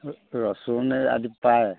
ৰচুন আদি পায়